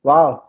Wow